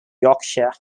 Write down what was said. yorkshire